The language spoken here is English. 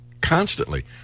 constantly